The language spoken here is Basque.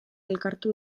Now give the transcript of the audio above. elkartu